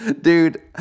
dude